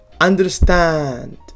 Understand